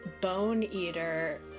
bone-eater